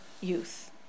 youth